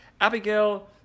Abigail